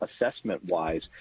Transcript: assessment-wise